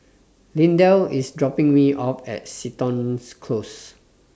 Lindell IS dropping Me off At Seton Close